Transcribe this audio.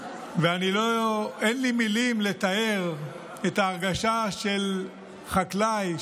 אין לי מילים לתאר את ההרגשה של חקלאי,